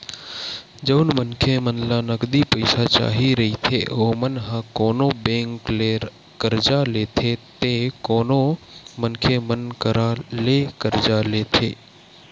जउन मनखे मन ल नगदी पइसा चाही रहिथे ओमन ह कोनो बेंक ले करजा लेथे ते कोनो मनखे मन करा ले करजा लेथे